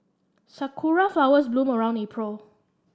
Sakura flowers bloom around April